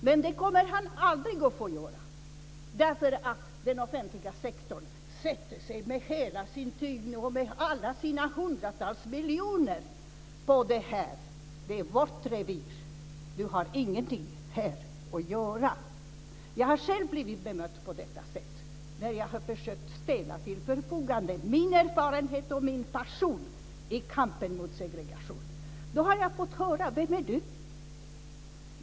Men det kommer han aldrig att få göra, för den offentliga sektorn sätter sig ned med hela sin tyngd och alla sina hundratals miljoner kronor. Det är vårt revir. Du har ingenting här att göra. Jag har själv blivit bemött på detta sätt när jag har försökt ställa min erfarenhet och min passion till förfogande i kampen mot segregationen. Då har jag fått höra: Vem är du?